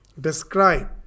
describe